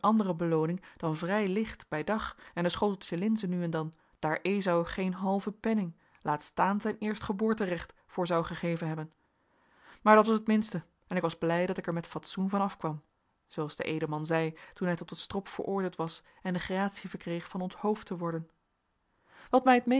andere belooning dan vrij licht bij dag en een schoteltje linzen nu en dan daar ezau geen halve penning laat staan zijn eerstgeboorterecht voor zou gegeven hebben maar dat was het minste en ik was blij dat ik er met fatsoen van afkwam zooals de edelman zei toen hij tot den strop veroordeeld was en de gratie verkreeg van onthoofd te worden wat mij